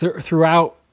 throughout